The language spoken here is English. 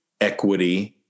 equity